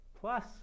plus